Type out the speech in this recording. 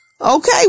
Okay